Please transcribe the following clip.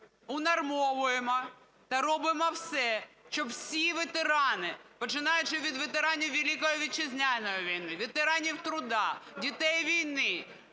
унормовуємо та робимо все, щоб всі ветерани, починаючи від ветеранів Великої Вітчизняної війни, ветеранів труда, дітей війни,